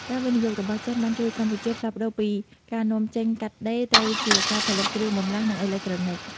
ការវិនិយោគរបស់ចិនបានជួយកម្ពុជាផ្លាស់ប្តូរពីការនាំចេញកាត់ដេរ ទៅជាការផលិតគ្រឿងបន្លាស់ និងអេឡិចត្រូនិច។